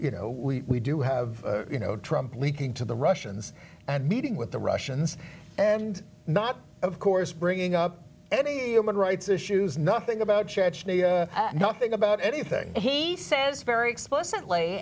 you know we do have you know trump leaking to the russians and meeting with the russians and not of course bringing up any human rights issues nothing about chechnya nothing about anything he says very explicitly